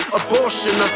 abortion